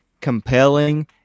compelling